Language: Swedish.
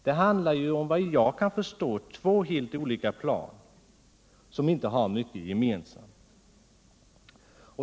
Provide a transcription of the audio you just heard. Det handlar såvitt jag kan förstå om två helt olika plan, som inte har mycket gemensamt.